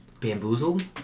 Bamboozled